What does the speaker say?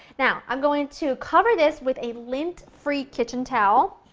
now, i'm going to cover this with a lint-free kitchen towel,